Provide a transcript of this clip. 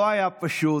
לא היה פשוט.